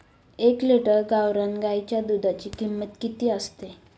एक लिटर गावरान गाईच्या दुधाची किंमत किती असते?